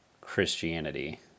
Christianity